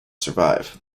survive